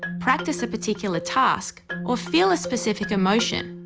ah practice a particular task or feel a specific emotion,